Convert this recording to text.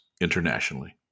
internationally